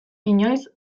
inoiz